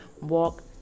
walk